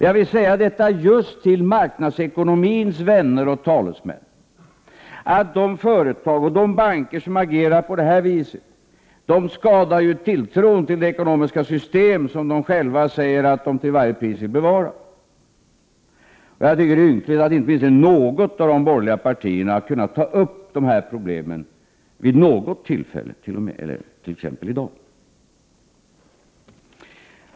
Jag säger detta just till marknadsekonomins vänner och talesmän: De företag och de banker som agerar på det viset skadar tilltron till det ekonomiska system som de själva säger att de till varje pris vill bevara. Jag tycker det är ynkligt att inte åtminstone något av de borgerliga partierna har kunnat ta upp de problemen vid något tillfälle, t.ex. i dag.